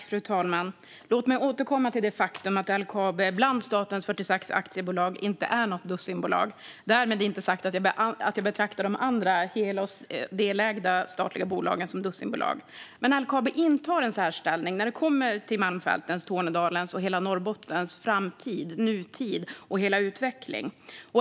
Fru talman! Låt mig återkomma till det faktum att LKAB inte är något dussinbolag bland statens 46 bolag. Därmed inte sagt att jag betraktar de andra hel och delägda statliga bolagen som dussinbolag. Men LKAB intar en särställning när det kommer till Malmfältens, Tornedalens och hela Norrbottens framtid, nutid och hela utveckling.